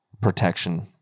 protection